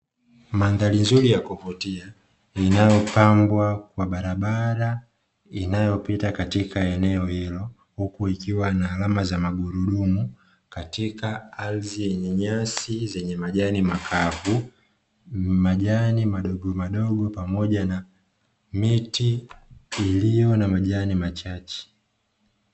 Mandhari nzuri ya kuvutia inayopambwa kwa barabara inayopita katika eneo hilo huku ikiwa na alama za magurudumu katika ardhi yenye nyasi zenye majani makavu, majani madogo madogo pamoja na miti iliyo na majani machache.